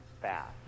fast